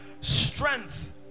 strength